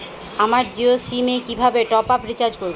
আমার জিও সিম এ কিভাবে টপ আপ রিচার্জ করবো?